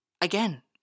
again